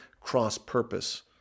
cross-purpose